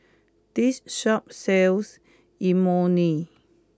this shop sells Imoni